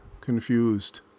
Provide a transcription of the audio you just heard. confused